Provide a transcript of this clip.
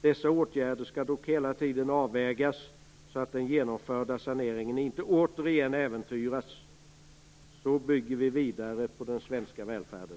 Dessa åtgärder skall dock hela tiden avvägas, så att den genomförda saneringen inte återigen äventyras. Så bygger vi vidare på den svenska välfärden.